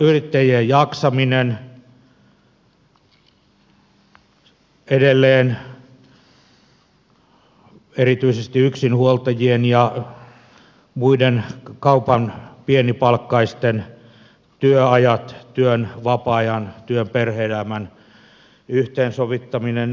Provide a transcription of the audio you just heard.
yrittäjien jaksaminen edelleen erityisesti yksinhuoltajien ja muiden kaupan pienipalkkaisten työajat työn ja vapaa ajan työn ja perhe elämän yhteensovittaminen